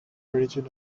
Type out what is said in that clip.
origin